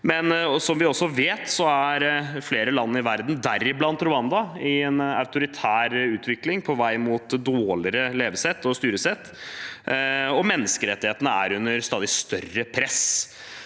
er imidlertid flere land i verden, deriblant Rwanda, i en autoritær utvikling og på vei mot dårligere levesett og styresett, og menneskerettighetene er under stadig større press.